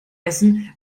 essen